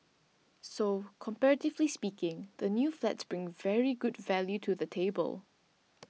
so comparatively speaking the new flats bring very good value to the table